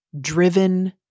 driven